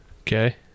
Okay